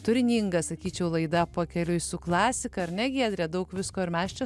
turininga sakyčiau laida pakeliui su klasika ar ne giedre daug visko ir mes čia